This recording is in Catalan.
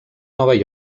nova